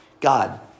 God